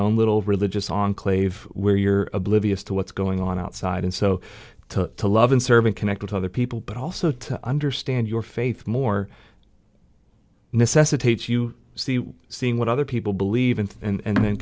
own little religious enclave where you're oblivious to what's going on outside and so to love and serve and connect with other people but also to understand your faith more necessitates you see seeing what other people believe in and